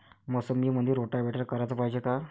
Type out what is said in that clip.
मोसंबीमंदी रोटावेटर कराच पायजे का?